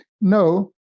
No